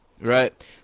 Right